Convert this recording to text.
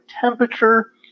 temperature